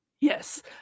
yes